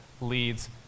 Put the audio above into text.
leads